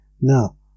No